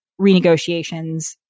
renegotiations